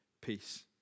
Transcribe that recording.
peace